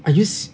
are you s~